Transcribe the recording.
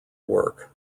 work